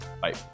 Bye